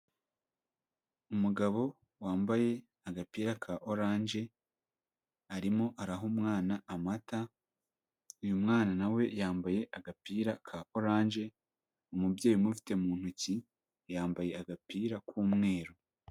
Umugabo wambaye agapira ka oranje, arimo araha umwana amata, uyu mwana na we yambaye agapira ka oranje, umubyeyi umufite mu ntoki yambaye agapira k'umweru.